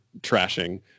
trashing